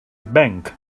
bank